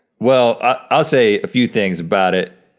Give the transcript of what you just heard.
well, i'll say a few things about it,